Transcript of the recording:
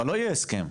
אבל לא יהיה הסכם.